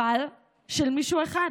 אבל של מישהו אחד,